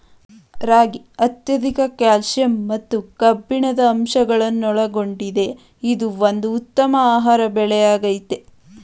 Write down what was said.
ರಾಗಿ ಅತ್ಯಧಿಕ ಕ್ಯಾಲ್ಸಿಯಂ ಮತ್ತು ಕಬ್ಬಿಣದ ಅಂಶಗಳನ್ನೊಳಗೊಂಡಿದೆ ಇದು ಒಂದು ಉತ್ತಮ ಆಹಾರ ಬೆಳೆಯಾಗಯ್ತೆ